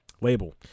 label